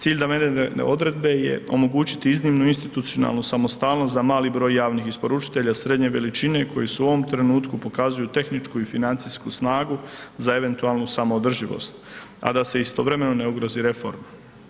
Cilj navedene odredbe je omogućiti iznimnu institucionalnu samostalnost za mali broj javnih isporučitelja srednje veličine koji su u ovom trenutku pokazuju tehničku i financijsku snagu za eventualnu samoodrživost a da se istovremeno ne ugrozi reforma.